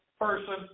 person